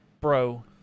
Bro